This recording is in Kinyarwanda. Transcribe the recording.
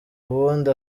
ubundi